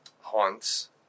Haunts